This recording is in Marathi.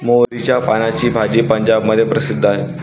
मोहरीच्या पानाची भाजी पंजाबमध्ये प्रसिद्ध आहे